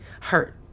hurt